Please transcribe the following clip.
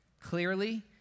clearly